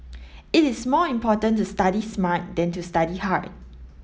it is more important to study smart than to study hard